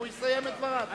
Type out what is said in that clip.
והוא יסיים את דבריו.